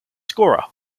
scorer